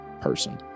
person